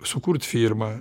sukurt firmą